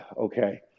okay